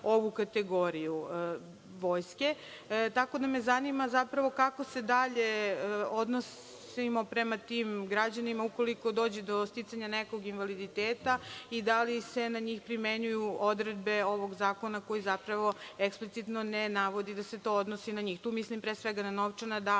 ovu kategoriju Vojske, tako da me zapravo zanima kako se dalje odnosimo prema tim građanima, ukoliko dođe do sticanja nekog invaliditeta, i da li se na njih primenjuju odredbe ovog zakona, koji zapravo eksplicitno ne navodi da se to odnosi na njih? Tu mislim pre svega na novčana